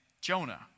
Jonah